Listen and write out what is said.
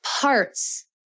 parts